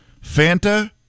Fanta